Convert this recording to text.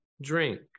drink